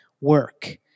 work